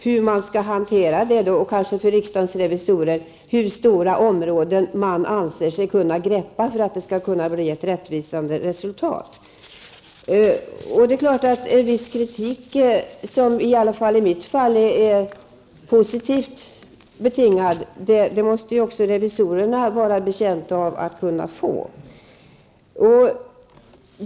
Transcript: Hur stora områden man anser sig kunna gå in på för att kunna få ett rättvisande resultat är en viktig principfråga. Revisorerna måste också vara betjänta av att få viss kritik, som åtminstone i mitt fall är positivt betingad.